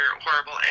Horrible